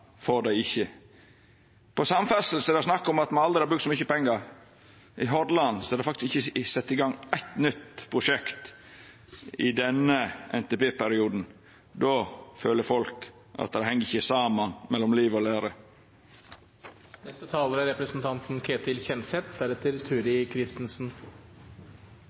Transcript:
dei ikkje. Når det gjeld samferdsel, er det snakk om at me aldri har brukt så mykje pengar. I Hordaland er det faktisk ikkje sett i gang eitt nytt prosjekt i denne NTP-perioden. Då føler folk at det ikkje er samanheng mellom liv og lære. Det kan godt være, som representanten